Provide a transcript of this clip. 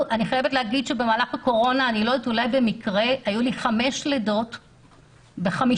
במהלך הקורונה אולי במקרה היו לי חמש לידות בחמישה